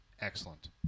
excellent